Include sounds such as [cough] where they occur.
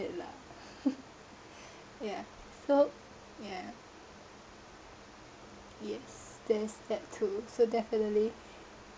it lah [laughs] ya so ya yes there's that too so definitely